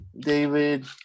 David